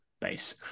base